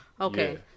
Okay